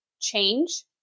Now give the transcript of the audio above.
change